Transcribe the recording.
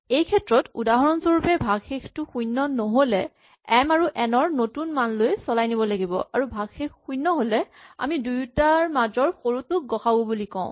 এই ক্ষেত্ৰত উদাহৰণস্বৰূপে ভাগশেষটো শূণ্য নহ'লে এম আৰু এন ৰ নতুন মান লৈ চলাই নিব লাগিব আৰু ভাগশেষ শূণ্য হ'লে আমি দুয়োটাৰে মাজৰ সৰুটোক গ সা উ বুলি কওঁ